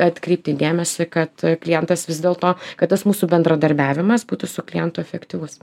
atkreipti dėmesį kad klientas vis dėl to kad tas mūsų bendradarbiavimas būtų su klientu efektyvus